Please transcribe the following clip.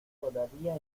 todavía